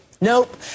Nope